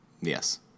Yes